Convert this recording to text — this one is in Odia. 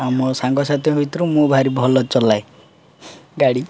ଆଉ ମୋ ସାଙ୍ଗସାଥି ଭିତରୁ ମୁଁ ଭାରି ଭଲ ଚଲାଏ ଗାଡ଼ି